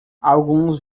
alguns